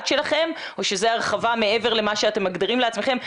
שלכם או שזה הרחבה מעבר למה שאתם מגדירים לעצמכם.